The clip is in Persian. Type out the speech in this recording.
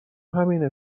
همینه